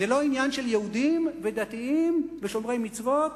זה לא עניין של יהודים ודתיים ושומרי מצוות,